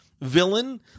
villain